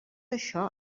això